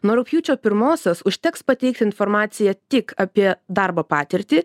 nuo rugpjūčio pirmosios užteks pateikti informaciją tik apie darbo patirtį